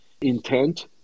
intent